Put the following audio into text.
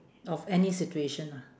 of any situation ah